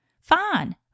fine